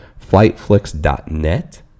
FlightFlix.net